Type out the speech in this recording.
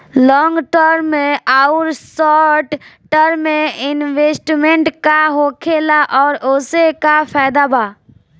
Long term आउर short term investment का होखेला और ओसे का फायदा बा?